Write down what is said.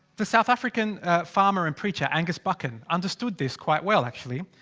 the south african farmer and preacher, angus buchan. understood this quite well actually.